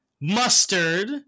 mustard